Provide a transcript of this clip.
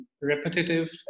repetitive